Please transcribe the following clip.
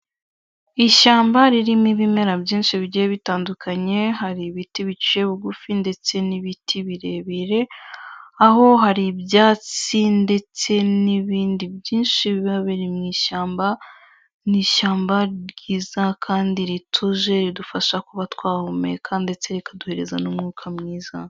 Ishyamba ririmo ibimera byinshi bigiye bitandukanye, hari ibiti biciye bugufi ndetse n'ibiti birebire, aho hari ibyatsi ndetse n'ibindi byinshi biba biri mu ishyamba, ni ishyamba ryiza kandi rituje, ridufasha kuba twahumeka ndetse rikaduhereza n'umwuka mwiza.